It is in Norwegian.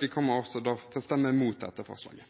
Vi kommer også til å stemme mot dette forslaget.